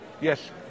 yes